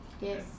Yes